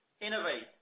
Innovate